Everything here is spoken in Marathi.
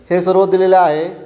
हे सर्व दिलेले आहे